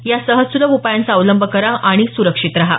या सहज सुलभ उपायांचा अवलंब करा आणि सुरक्षित रहा